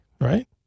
right